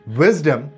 wisdom